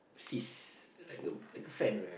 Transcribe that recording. sis like a like a friend